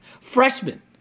Freshman